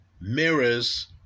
mirrors